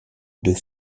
deux